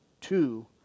Two